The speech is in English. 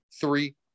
three